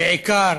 בעיקר